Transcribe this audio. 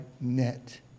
net